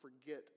forget